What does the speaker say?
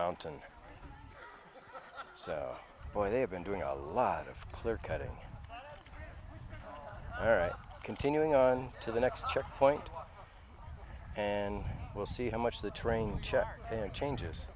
mountain boy they've been doing a lot of their cutting all right continuing on to the next checkpoint and we'll see how much the terrain ch